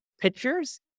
pictures